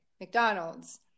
McDonald's